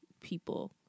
people